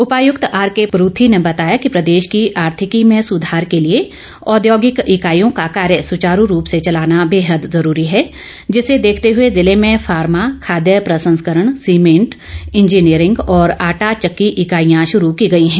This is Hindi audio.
उपायुक्त आरके परूथी ने बताया कि प्रदेश की आर्थिकी में सुधार के लिए औद्योगिक इकाईयों का कार्य सुचारू रूप से चलाना बेहद जरूरी है जिसे देखते हुए जिले मेँ फार्मा खाद्य प्रसंस्करण सीमेंट इंजीनियरिंग और आटा चक्की इकाईयां शुरू की गई हैं